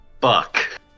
Fuck